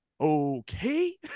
Okay